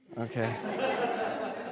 Okay